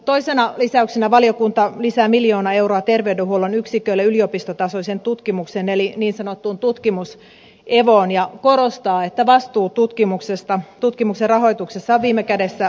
toisena lisäyksenä valiokunta lisää miljoona euroa terveydenhuollon yksiköille yliopistotasoiseen tutkimukseen eli niin sanottuun tutkimus evoon ja korostaa että vastuu tutkimuksen rahoituksessa on viime kädessä valtiolla